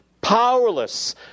powerless